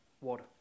water